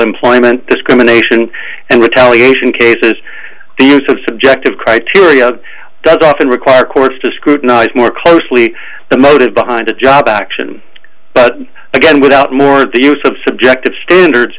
employment discrimination and retaliation cases of subjective criteria that often require courts to scrutinize more closely the motive behind a job action but again without more ado some subjective standards